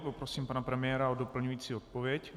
Poprosím pana premiéra o doplňující odpověď.